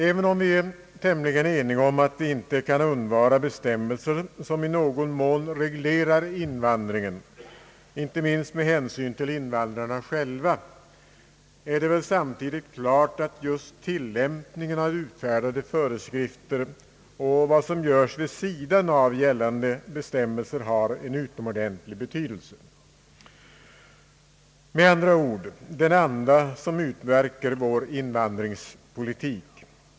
Även om vi är tämligen eniga om att vi inte kan undvara bestämmelser som i någon mån reglerar invandringen, inte minst med hänsyn till invandrarna själva, är det väl samtidigt klart att just tillämpningen av utfärdade föreskrifter och vad som görs vid sidan av gällande bestämmelser har en utomordentlig betydelse. Med andra ord den anda som utmärker vår invandringspolitik.